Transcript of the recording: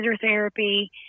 therapy